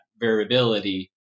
variability